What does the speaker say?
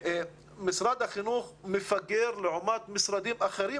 משרד החינוך מפגר לעומת משרדים אחרים